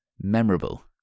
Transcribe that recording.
memorable